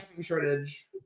shortage